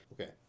Okay